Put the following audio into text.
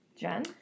Jen